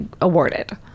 awarded